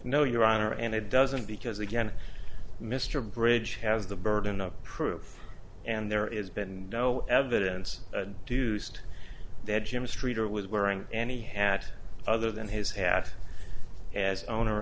no your honor and it doesn't because again mr bridge has the burden of proof and there is been no evidence deuced that jim street or was wearing any had other than his hat as owner